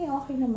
okay